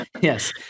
Yes